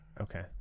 Okay